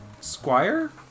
squire